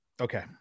okay